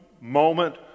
moment